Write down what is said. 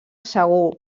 segur